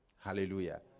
Hallelujah